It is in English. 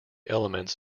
elements